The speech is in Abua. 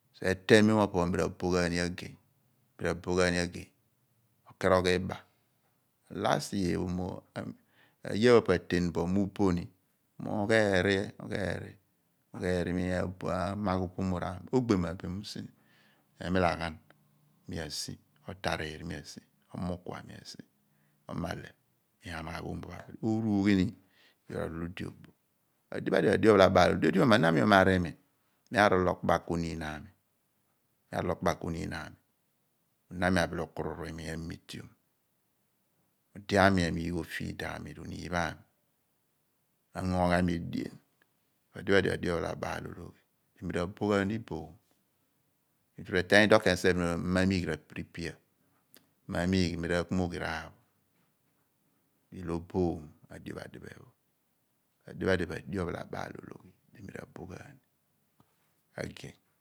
Eteeny mem mo opo pho mi ra boh ghan ni agey, okerogh iba pho last year pho a year pho opo aten bo mi aboh ni, mi ugher ni, mi anaghogh bumor ami, ogberma bin mi umagh ni emilayhon mi asi, otori. mi asi, omokwa mi asi ka oomo pho abich uruughi ni ku you boh loor di rezhghi cho di umar vimi, mi ani okurubака ohnin omi ku umar limi omiteum. ku ode aami amingh o feed aomi v'ohm- in pho ami ungo ghan mi edien ku acho pho camphe edighi dio oba a cologhi ku mi ra boonwin ghan m. ku won ken sien bin mi ma migh r'a prepare mi ma migh akpomaghi raar ilo oboom adio pho actiphe acho pho acho ophalabaal ologhi di mi ra boh ghan ni agey